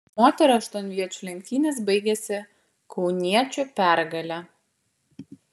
moterų aštuonviečių lenktynės baigėsi kauniečių pergale